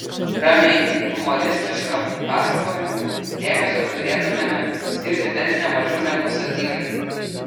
ramiai humoristiškam pasakojimui dėmesio turėtumėme skirti bent ne mažiau negu satyrai